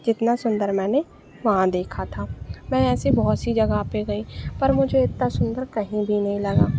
जितना सुन्दर मैंने वहाँ देखा था मैं ऐसे बहुत सी जगह पे गई पर मुझे इत्ता सुन्दर कहीं भी नहीं लगा